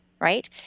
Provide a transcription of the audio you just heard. right